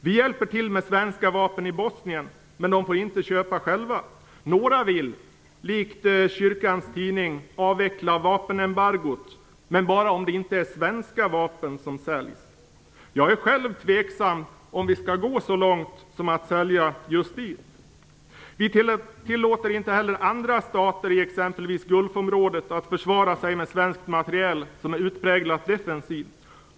Vi hjälper till med svenska vapen i Bosnien, men de får inte köpa själva. Några vill även, likt kyrkans tidning, avveckla vapenembargot, men bara om det inte är svenska vapen som säljs. Jag är själv tveksam till om vi skall gå så långt att vi säljer just dit. Vi tillåter inte heller andra stater i exempelvis Gulfområdet att försvara sig med svensk materiel som är utpräglat defensiv.